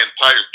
entire